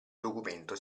documento